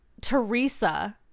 Teresa